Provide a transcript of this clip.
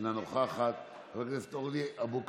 אינה נוכחת, חברת הכנסת אורלי אבקסיס.